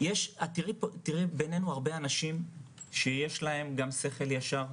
את תראי בינינו הרבה אנשים שיש להם גם שכל ישר.